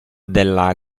della